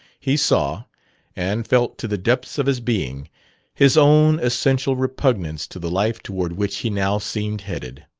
he saw and felt to the depths of his being his own essential repugnance to the life toward which he now seemed headed.